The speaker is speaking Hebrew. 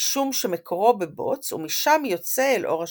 משום שמקורו בבוץ ומשם יוצא אל אור השמש.